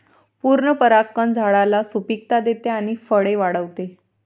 पूर्ण परागकण झाडाला सुपिकता देते आणि फळे वाढवते